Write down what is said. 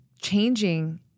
changing